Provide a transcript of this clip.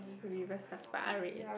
River Safari